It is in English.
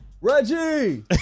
Reggie